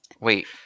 Wait